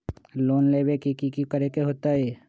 Loan लेबे ला की कि करे के होतई?